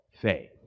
faith